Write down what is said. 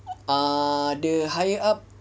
err the higher up